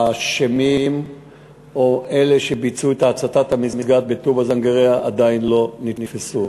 האשמים או אלה שביצעו את הצתת המסגד בטובא-זנגרייה עדיין לא נתפסו.